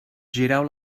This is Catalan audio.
gireu